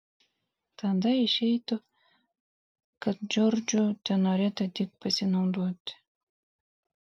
tada išeitų kad džordžu tenorėta tik pasinaudoti